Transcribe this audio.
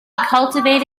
cultivated